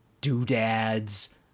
doodads